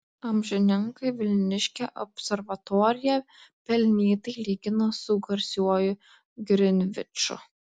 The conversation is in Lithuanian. amžininkai vilniškę observatoriją pelnytai lygino su garsiuoju grinviču